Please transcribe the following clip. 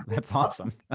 that's awesome.